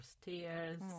stairs